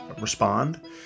respond